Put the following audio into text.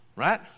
Right